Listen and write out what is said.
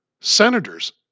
senators